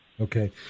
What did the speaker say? Okay